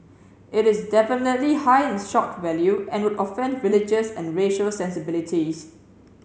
it is definitely high in shock value and would offend religious and racial sensibilities